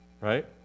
right